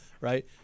right